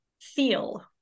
feel